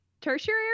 tertiary